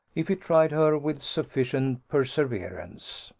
if he tried her with sufficient perseverance.